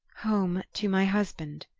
home to my husband.